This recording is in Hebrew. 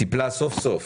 טיפלה סוף סוף